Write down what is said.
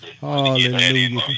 Hallelujah